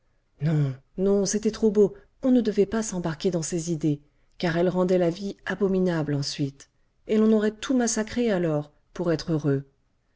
non non c'était trop beau on ne devait pas s'embarquer dans ces idées car elles rendaient la vie abominable ensuite et l'on aurait tout massacré alors pour être heureux